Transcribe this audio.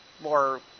more